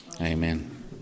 Amen